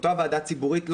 אותה ועדה ציבורית,